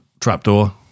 trapdoor